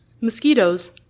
Mosquitoes